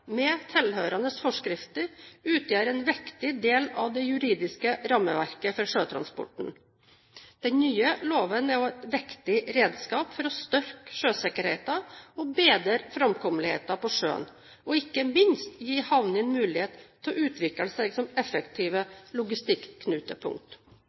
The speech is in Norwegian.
med tilhørende forskrifter, utgjør en viktig det av det juridiske rammeverket for sjøtransporten. Den nye loven er også et viktig redskap for å styrke sjøsikkerheten og bedre framkommeligheten på sjøen, og ikke minst gi havnene mulighet til å utvikle seg som